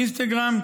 אינסטגרם,